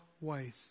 ways